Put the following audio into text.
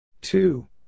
Two